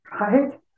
Right